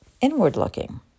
inward-looking